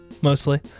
mostly